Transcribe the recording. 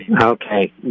Okay